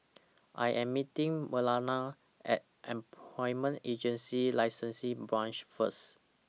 I Am meeting Marlena At Employment Agency Licensing Branch First